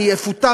אני אפוטר,